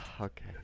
Okay